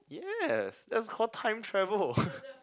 yes that's called time travel